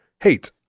hate